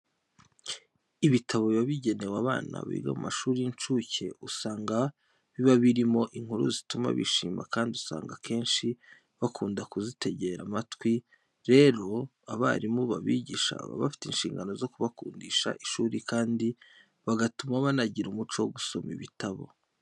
Ibitabo biba bigenewe abana biga mu mashuri y'incuke usanga biba birimo inkuru zituma bishima kandi usanga akenshi bakunda kuzitegera amatwi. Rero, abarimu babigisha baba bafite inshingano zo kubakundisha ishuri kandi bagatuma banagira umuco wo gusoma ibitabo.